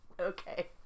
Okay